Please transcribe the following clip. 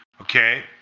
okay